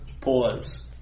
pause